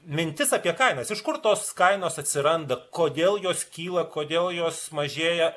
mintis apie kainas iš kur tos kainos atsiranda kodėl jos kyla kodėl jos mažėja